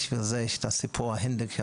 בשביל זה יש את הסיפור --- הברסלבי,